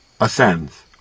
ascends